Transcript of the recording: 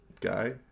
guy